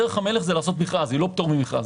דרך המלך היא לעשות מכרז לא פטור ממכרז.